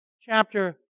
chapter